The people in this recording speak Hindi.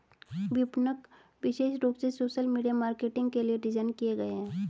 विपणक विशेष रूप से सोशल मीडिया मार्केटिंग के लिए डिज़ाइन किए गए है